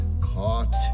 caught